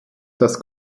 das